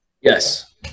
Yes